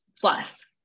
plus